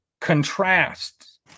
contrasts